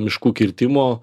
miškų kirtimo